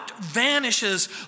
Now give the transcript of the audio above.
vanishes